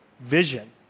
vision